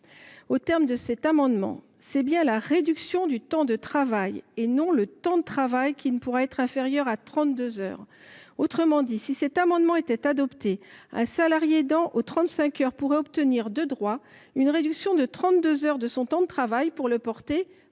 aux termes de celui ci, c’est bien la réduction du temps de travail, et non le temps de travail, qui ne pourra être inférieure à 32 heures. Autrement dit, si cet amendement était adopté, un salarié aidant aux 35 heures pourrait obtenir, de droit, une réduction de 32 heures de son temps de travail, pour le porter à